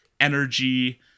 energy